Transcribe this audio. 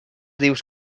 dius